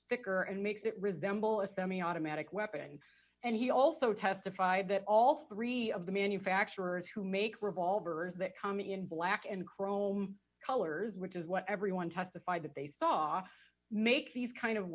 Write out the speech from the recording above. thicker and makes it resemble a semiautomatic weapon and he also testified that all three of the manufacturers who make revolvers that come in black and chrome colors which is what everyone testified that they saw make these kind of